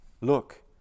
look